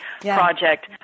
project